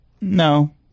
No